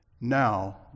Now